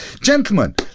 Gentlemen